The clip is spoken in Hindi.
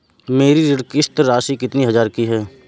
मेरी ऋण किश्त राशि कितनी हजार की है?